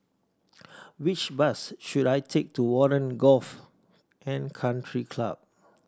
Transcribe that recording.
which bus should I take to Warren Golf and Country Club